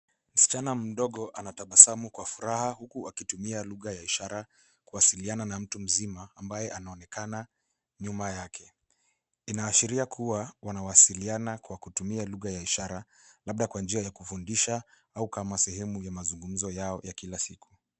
Msichana mdogo anatabasamu kwa furaha huku akitumia lugha ya ishara kuasiliana na mtu mzima ambaye anaonekana nyuma yake. Inaashiria kuwa wanawasiliana kwa kutumia lugha ya ishara labda kwa njia ya kufundisha au kama sehemu ya mazungumzo yao ya kila siku.